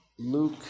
Luke